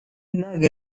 nag